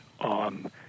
on